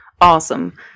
Awesome